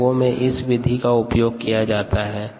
उद्योगों में इस विधि का उपयोग किया जाता है